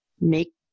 make